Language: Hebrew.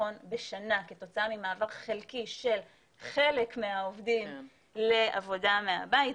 חיסכון בשנה כתוצאה ממעבר חלקי של חלק מהעובדים לעבודה מהבית.